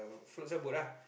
float some boat ah